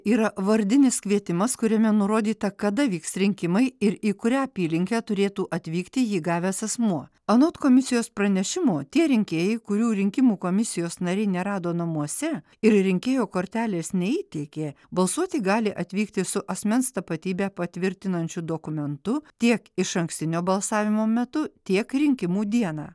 yra vardinis kvietimas kuriame nurodyta kada vyks rinkimai ir į kurią apylinkę turėtų atvykti jį gavęs asmuo anot komisijos pranešimo tie rinkėjai kurių rinkimų komisijos nariai nerado namuose ir rinkėjo kortelės neįteikė balsuoti gali atvykti su asmens tapatybę patvirtinančiu dokumentu tiek išankstinio balsavimo metu tiek rinkimų dieną